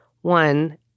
one